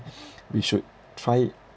we should try it